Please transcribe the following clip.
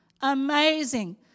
Amazing